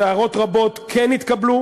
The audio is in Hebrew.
הערות רבות כן התקבלו,